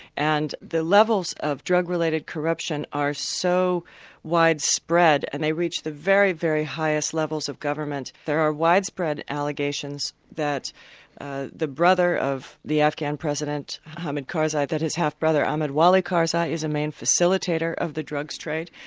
and the levels of drug-related corruption are so widespread, and they reach the very, very highest levels of government. there are widespread allegations that ah the brother of the afghan president, mohammad karzai that his half-brother ahmad wali karzai is a main facilitator of the drugs trade,